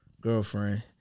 Girlfriend